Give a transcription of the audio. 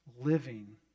living